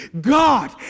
God